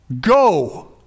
go